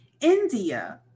India